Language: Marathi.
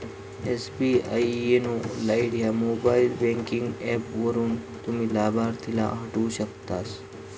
एस.बी.आई योनो लाइट ह्या मोबाईल बँकिंग ऍप वापरून, तुम्ही लाभार्थीला हटवू शकतास